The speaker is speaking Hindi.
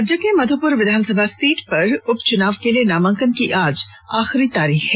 राज्य के मधुप्र विधानसभा सीट पर उपच्नाव के लिए नामांकन की आज आखिरी तारीख है